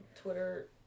Twitter